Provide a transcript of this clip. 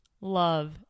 love